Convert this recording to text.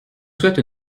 souhaite